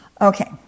okay